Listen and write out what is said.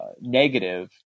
negative